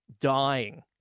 dying